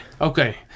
Okay